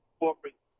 corporate